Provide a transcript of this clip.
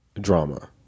Drama